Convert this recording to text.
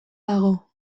dago